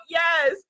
yes